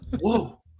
Whoa